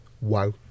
wow